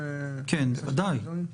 בוודאי.